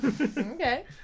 Okay